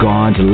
God